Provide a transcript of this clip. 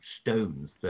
stones